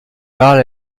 parle